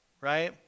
right